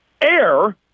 air